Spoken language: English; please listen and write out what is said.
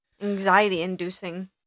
Anxiety-inducing